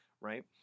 right